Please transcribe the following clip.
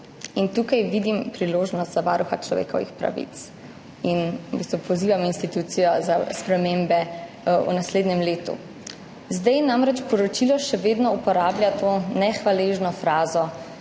Tukaj vidim priložnost za Varuha človekovih pravic in v bistvu pozivam institucijo k spremembam v naslednjem letu. Zdaj namreč poročilo še vedno uporablja to nehvaležno frazo: